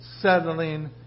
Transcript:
settling